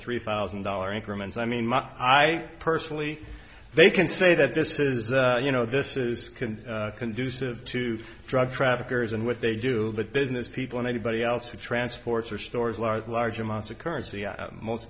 three thousand dollar increments i mean i personally they can say that this is you know this is conducive to drug traffickers and what they do but business people and anybody else who transports or stores large large amounts of currency most